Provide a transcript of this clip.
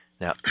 Now